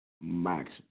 Max